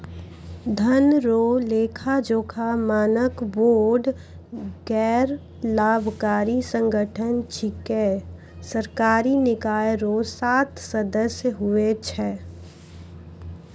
धन रो लेखाजोखा मानक बोर्ड गैरलाभकारी संगठन छिकै सरकारी निकाय रो सात सदस्य हुवै छै